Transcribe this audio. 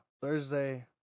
Thursday